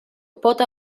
pot